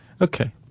Okay